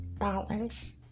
dollars